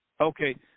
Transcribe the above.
Okay